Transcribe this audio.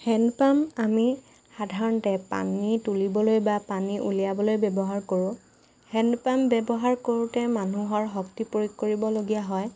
hand pump আমি সাধাৰণতে পানী তুলিবলৈ বা পানী উলিয়াবলৈ ব্যৱহাৰ কৰোঁ হেণ্ড পাম্প ব্যৱহাৰ কৰোঁতে মানুহৰ শক্তি প্ৰয়োগ কৰিব লগীয়া হয়